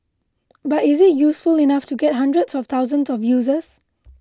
but is it useful enough to get hundreds of thousands of users